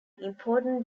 important